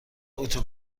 اتو